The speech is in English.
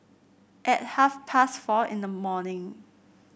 at half past four in the morning